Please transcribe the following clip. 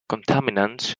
contaminants